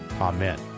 Amen